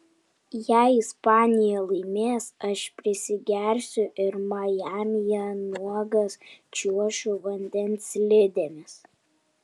jei ispanija laimės aš prisigersiu ir majamyje nuogas čiuošiu vandens slidėmis